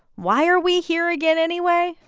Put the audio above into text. why are we here again, anyway?